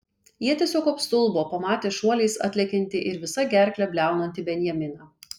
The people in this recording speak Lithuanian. jie tiesiog apstulbo pamatę šuoliais atlekiantį ir visa gerkle bliaunantį benjaminą